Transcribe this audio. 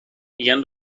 میگن